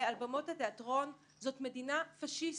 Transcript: על במות התיאטרון זו מדינה פשיסטית.